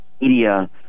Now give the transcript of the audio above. media